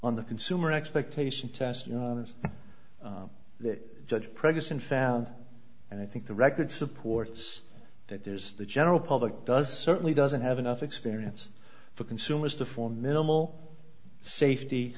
on the consumer expectation test you know the judge previous and found and i think the record supports that there's the general public does certainly doesn't have enough experience for consumers to for minimal safety